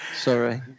Sorry